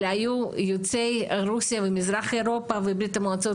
אלה היו יוצאי רוסיה ומזרח אירופה וברית המועצות